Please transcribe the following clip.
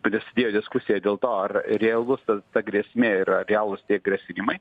prasidėjo diskusija dėl to ar realus ta ta grėsmė realūs tie grasinimai